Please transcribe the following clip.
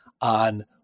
on